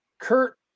kurt